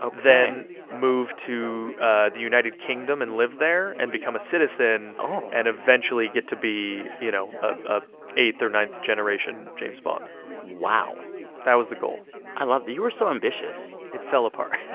ah then move to ah the united kingdom, and live there and become a citizen oh. and eventually get to be, you know, a eighth or ninth-generation james bond wow that was the goal i love the you were so ambitious it fell apart